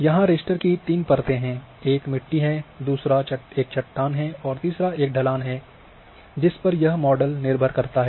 यहाँ रास्टर की तीन परतें हैं एक मिट्टी है दूसरा एक चट्टान है और तीसरा एक ढलान है जिस पर यह मॉडल निर्भर करता है